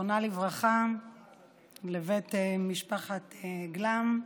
לבית משפחת גלאם,